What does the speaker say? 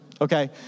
okay